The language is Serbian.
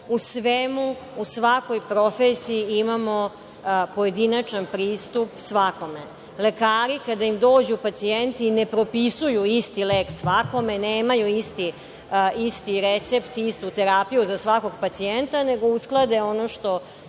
u svakoj profesiji imamo pojedinačan pristup svakome. Lekari, kada im dođu pacijenti ne propisuju isti lek svakome, nemaju isti recept, istu terapiju za svakog pacijenta, nego usklade ono što